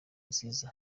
nziza